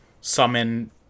summon